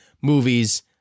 movies